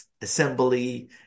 Assembly